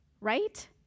right